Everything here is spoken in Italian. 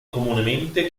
comunemente